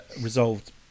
resolved